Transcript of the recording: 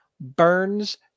Burns